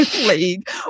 league